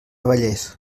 vallés